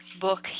book